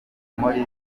maurice